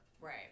Right